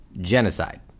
genocide